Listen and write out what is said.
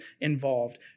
involved